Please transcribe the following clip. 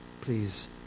please